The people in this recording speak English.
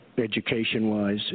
education-wise